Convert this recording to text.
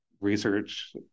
research